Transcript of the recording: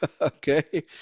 okay